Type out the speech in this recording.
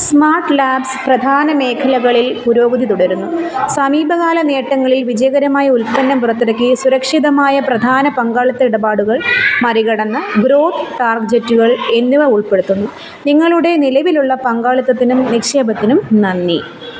smart Labs പ്രധാന മേഖലകളിൽ പുരോഗതി തുടരുന്നു സമീപകാല നേട്ടങ്ങളിൽ വിജയകരമായ ഉൽപ്പന്നം പുറത്തിറക്കി സുരക്ഷിതമായ പ്രധാന പങ്കാളിത്ത ഇടപാടുകൾ മറികടന്ന ഗ്രോത്ത് ടാർഗെറ്റുകൾ എന്നിവ ഉൾപ്പെടുന്നു നിങ്ങളുടെ നിലവിലുള്ള പങ്കാളിത്തത്തിനും നിക്ഷേപത്തിനും നന്ദി